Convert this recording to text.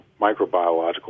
microbiological